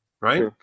right